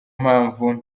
mpamvu